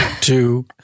two